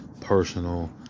personal